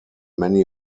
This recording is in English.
many